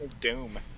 Doom